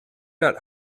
not